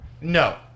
No